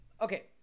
Okay